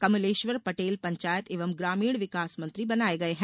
कमलेश्वर पटेल पंचायत एवं ग्रामीण विकास मंत्री बनाये गये है